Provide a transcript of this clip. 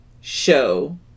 show